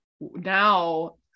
now